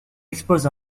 expose